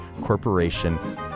Corporation